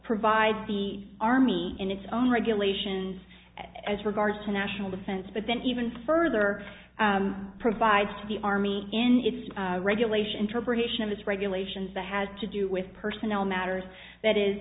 provide the army in its own regulations as regards to national defense but then even further provides to the army in its regulation interpretation of its regulations that has to do with personnel matters that is